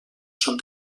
són